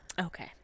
Okay